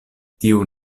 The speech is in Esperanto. tiu